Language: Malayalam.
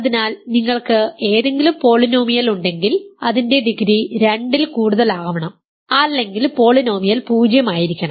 അതിനാൽ നിങ്ങൾക്ക് ഏതെങ്കിലും പോളിനോമിയൽ ഉണ്ടെങ്കിൽ അതിന്റെ ഡിഗ്രി 2 ൽ കൂടുതലാകണം അല്ലെങ്കിൽ പോളിനോമിയൽ 0 ആയിരിക്കണം